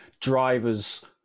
drivers